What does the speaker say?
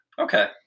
Okay